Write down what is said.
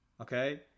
Okay